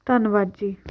ਧੰਨਵਾਦ ਜੀ